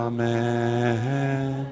Amen